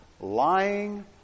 lying